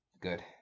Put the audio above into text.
Good